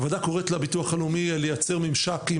הוועדה קוראת לביטוח הלאומי לייצר ממשק עם